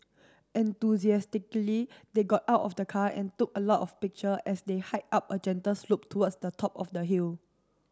enthusiastically they got out of the car and took a lot of picture as they hiked up a gentle slope towards the top of the hill